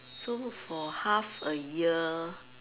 so for half a year